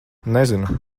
nezinu